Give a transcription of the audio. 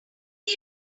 are